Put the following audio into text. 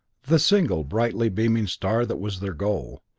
the single brightly beaming star that was their goal,